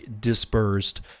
dispersed